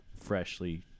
freshly